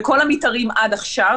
בכל המתארים עד עכשיו,